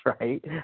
right